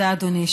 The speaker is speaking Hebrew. תודה, אדוני.